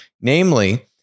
namely